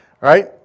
Right